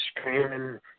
Screaming